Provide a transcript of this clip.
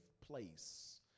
place